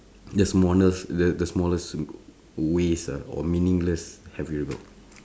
just smallest the the smallest w~ ways uh or meaningless have you rebelled